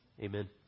Amen